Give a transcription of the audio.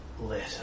letter